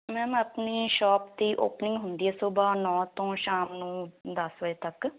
ma'am ਆਪਣੀ shop ਦੀ opening ਹੁੰਦੀ ਹੈ ਸੁਬਹਾ ਨੌਂ ਤੋਂ ਸ਼ਾਮ ਨੂੰ ਦਸ ਵਜ੍ਹੇ ਤੱਕ